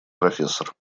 профессор